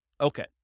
Okay